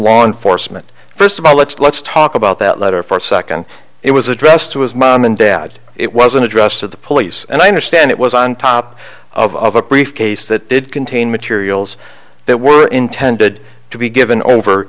law enforcement first of all let's let's talk about that letter for a second it was addressed to his mom and dad it was an address to the police and i understand it was on top of a briefcase that did contain materials that were intended to be given over